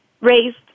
raised